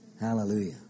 Hallelujah